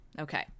okay